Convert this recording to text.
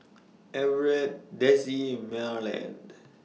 Everet Dezzie Marland